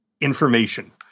information